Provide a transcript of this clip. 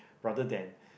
rather than